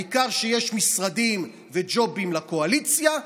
העיקר שיש משרדים וג'ובים לקואליציה,